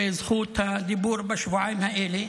את זכות הדיבור בשבועיים האלה,